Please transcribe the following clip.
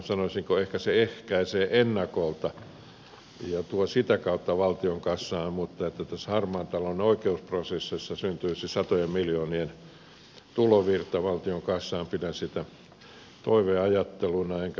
sanoisinko että ehkä se ehkäisee ennakolta ja tuo sitä kautta valtion kassaan mutta sitä että tässä harmaan talouden oikeusprosessissa syntyisi satojen miljoonien tulovirta valtion kassaan pidän toiveajatteluna enkä usko siihen